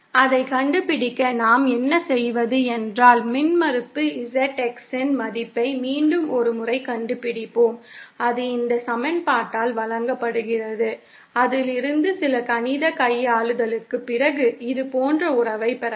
அதைக் கண்டுபிடிக்க நாம் என்ன செய்வது என்றால் மின்மறுப்பு ZX இன் மதிப்பை மீண்டும் ஒரு முறை கண்டுபிடிப்போம் அது இந்த சமன்பாட்டால் வழங்கப்படுகிறது அதில் இருந்து சில கணித கையாளுதலுக்குப் பிறகு இது போன்ற உறவைப் பெறலாம்